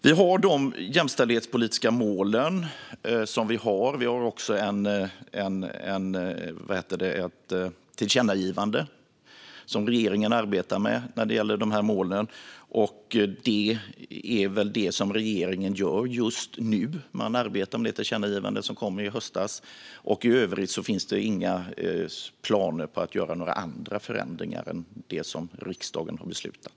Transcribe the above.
Vi har de jämställdhetspolitiska målen. Vi har också ett tillkännagivande som regeringen arbetar med när det gäller dessa mål. Det är väl det som regeringen gör just nu. Man arbetar med det tillkännagivande som kom i höstas. Det finns inga planer på att göra några andra förändringar än det som riksdagen har beslutat.